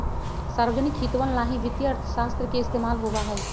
सार्वजनिक हितवन ला ही वित्तीय अर्थशास्त्र के इस्तेमाल होबा हई